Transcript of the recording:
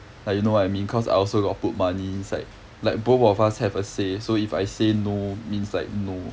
like you know what I mean cause I also got put money inside like both of us have a say so if I say no means like no